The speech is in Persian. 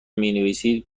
مینویسید